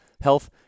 health